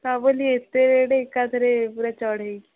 ତା' ବୋଲି ଏତେ ରେଟ୍ ଏକାଥରେ ପୁରା ଚଢ଼େଇକି